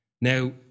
now